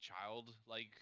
child-like